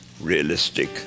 realistic